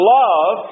love